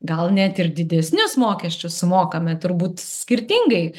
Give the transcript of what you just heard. gal net ir didesnius mokesčius sumokame turbūt skirtingai